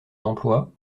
d’emploi